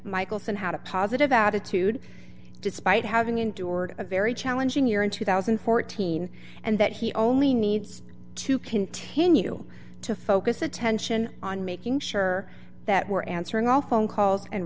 michelson had a positive attitude despite having endured a very challenging year in two thousand and fourteen and that he only needs to continue to focus attention on making sure that we're answering all phone calls and